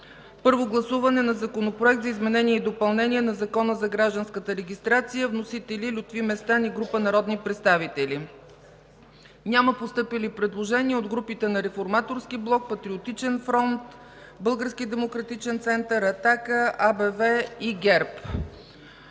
Първо гласуване на Законопроект за изменение и допълнение на Закона за гражданската регистрация. Вносители – Лютви Местан и група народни представители. Няма постъпили предложения от групите на Реформаторски блок, Патриотичен фронт, Български